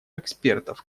экспертов